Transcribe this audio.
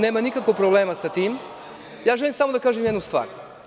Nemam nikakvog problema sa tim, ali želim samo da kažem jednu stvar.